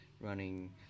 running